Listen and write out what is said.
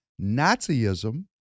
Nazism